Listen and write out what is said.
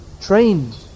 trained